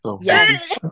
Yes